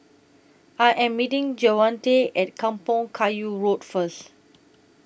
I Am meeting Javonte At Kampong Kayu Road First